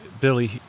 billy